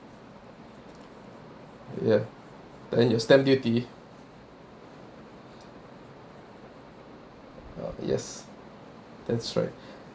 ya and your stamp duty uh yes that's right